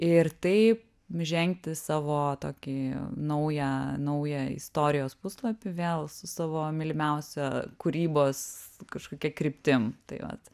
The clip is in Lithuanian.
ir taip žengti savo tokį naują naują istorijos puslapį vėl su savo mylimiausia kūrybos kažkokia kryptim tai vat